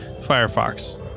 Firefox